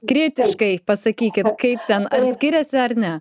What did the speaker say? kritiškai pasakykit kaip ten ar skiriasi ar ne